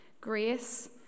grace